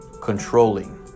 controlling